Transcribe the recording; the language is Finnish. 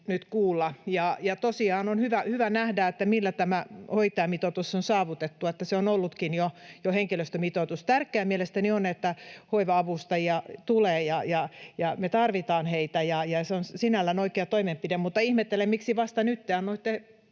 Ja tosiaan on hyvä nähdä, millä tämä hoitajamitoitus on saavutettu: se on ollutkin jo henkilöstömitoitus. Tärkeää mielestäni on, että hoiva-avustajia tulee, ja me tarvitaan heitä, ja se on sinällään oikea toimenpide, mutta ihmettelen, miksi vasta nyt. Te annoitte